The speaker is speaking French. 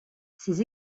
ces